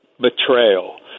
betrayal